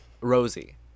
Rosie